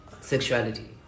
sexuality